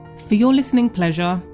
for your listening pleasure,